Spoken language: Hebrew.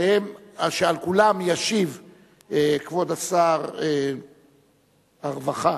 שלכולם ישיב כבוד שר הרווחה,